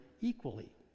equally